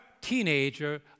teenager